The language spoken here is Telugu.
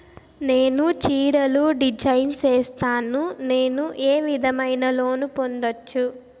నేను చీరలు డిజైన్ సేస్తాను, నేను ఏ విధమైన లోను పొందొచ్చు